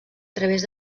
través